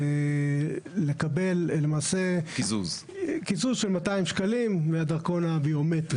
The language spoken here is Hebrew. לקבל למעשה קיזוז של 200 שקלים מהדרכון הביומטרי,